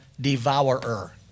devourer